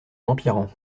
empirant